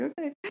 okay